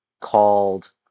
called